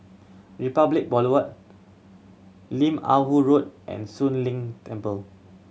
Republic Boulevard Lim Ah Woo Road and Soon Leng Temple